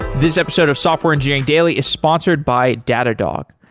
this episode of software engineering daily is sponsored by datadog.